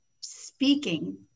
speaking